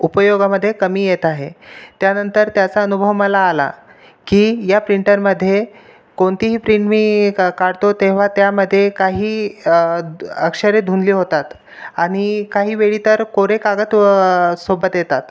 उपयोगामध्ये कमी येत आहे त्यानंतर त्याचा अनुभव मला आला की या प्रिंटरमध्ये कोणतीही प्रिंट मी क काढतो तेव्हा त्यामध्ये काही द् अक्षरे धुंदली होतात आणि काहीवेळी तर कोरे कागद सोबत एतात